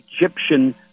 Egyptian